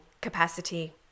capacity